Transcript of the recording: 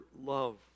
love